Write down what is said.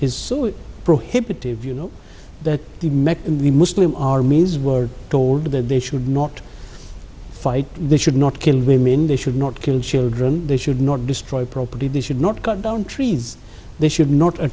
is is so prohibitive you know that the mek the muslim armies were told that they should not fight they should not kill women they should not kill children they should not destroy property they should not cut down trees they should not